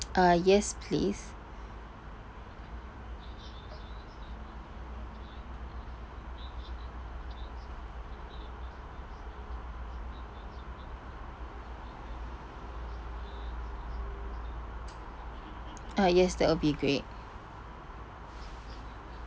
uh yes please uh yes that will be great